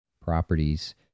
properties